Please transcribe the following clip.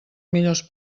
millors